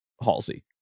Halsey